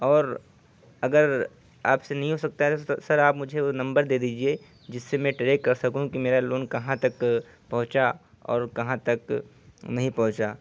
اور اگر آپ سے نہیں ہو سکتا ہے سر آپ مجھے وہ نمبر دے دیجیے جس سے میں ٹریک کر سکوں کہ میرا لون کہاں تک پہنچا اور کہاں تک نہیں پہنچا